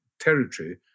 territory